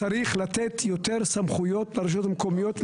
צריך לתת יותר סמכויות לרשויות המקומיות.